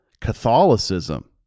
Catholicism